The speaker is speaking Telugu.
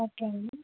ఓకే అండి